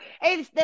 Hey